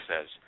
says